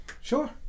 Sure